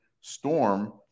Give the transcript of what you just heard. storm